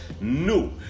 new